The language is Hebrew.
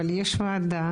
אבל יש ועדה,